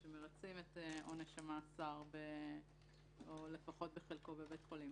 שמרצים את עונש המאסר או לפחות את חלקו בבית חולים.